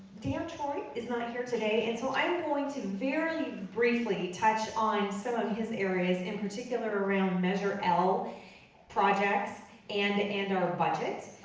dan troy is not here today, and so i'm going to very briefly touch on some of his areas, in particular around measure l projects and and and our budget.